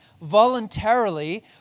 voluntarily